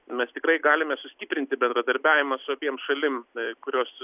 mes tikrai galime sustiprinti bendradarbiavimą su abiem šalim kurios